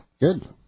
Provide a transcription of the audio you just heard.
Good